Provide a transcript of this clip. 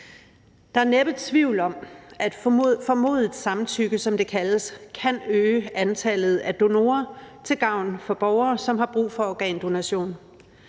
Der er næppe tvivl om, at formodet samtykke, som det kaldes, kan øge antallet af donorer til gavn for borgere, som har brug for organdonation.